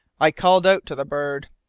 i called out to the bird,